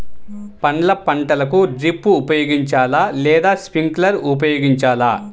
పండ్ల పంటలకు డ్రిప్ ఉపయోగించాలా లేదా స్ప్రింక్లర్ ఉపయోగించాలా?